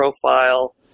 profile